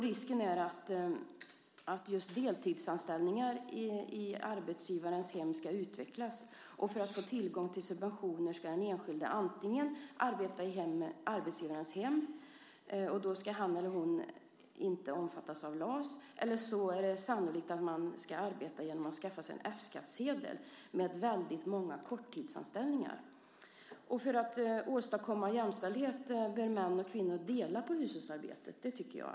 Risken är att just deltidsanställningar i arbetsgivarens hem ska utvecklas. För att få tillgång till subventioner ska den enskilde antingen arbeta i arbetsgivarens hem, då han eller hon inte ska omfattas av LAS, eller också ska man arbeta genom att skaffa sig en F-skattsedel med väldigt många korttidsanställningar. För att åstadkomma jämställdhet bör män och kvinnor dela på hushållsarbetet, tycker jag.